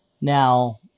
now